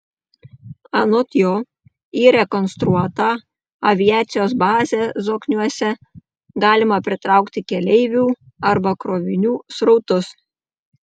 anot jo į rekonstruotą aviacijos bazę zokniuose galima pritraukti keleivių arba krovinių srautus